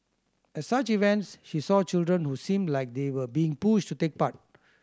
at such events she saw children who seemed like they were being pushed to take part